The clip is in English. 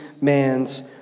man's